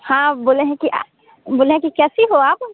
हाँ बोले हैं कि बोले हैं कि कैसी हो आप